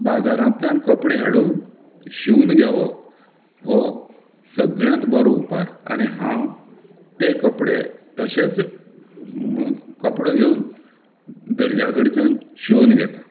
बाजारांतल्यान कपडे हाडून शिंवून घेवप हो सगळ्यांत बरो उपाय आनी हांव तें कपडे तशेंच कपडो घेवन दर्जा कडच्यान शिंवून घेतां